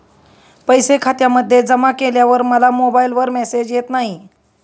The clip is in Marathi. पैसे खात्यामध्ये जमा केल्यावर मला मोबाइलवर मेसेज येत नाही?